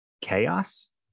chaos